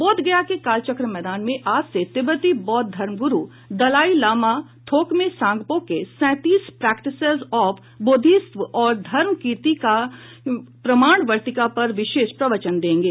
बोधगया के कालचक्र मैदान में आज से तिब्बती बौद्ध धर्मगुरू दलाई लामा थोकमे सांगपो के सैंतीस प्रैक्टीसेस ऑफ बोधिसत्व और धर्मकीर्ति की प्रमाणवर्तिका पर विशेष प्रवचन देगें